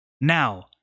Now